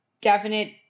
definite